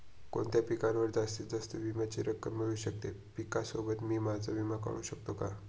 कोणत्या पिकावर जास्तीत जास्त विम्याची रक्कम मिळू शकते? पिकासोबत मी माझा विमा काढू शकतो का?